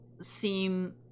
seem